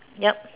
yup